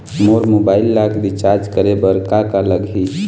मोर mobile ला recharge करे बर का का लगही?